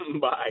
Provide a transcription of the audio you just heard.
Bye